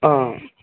ആ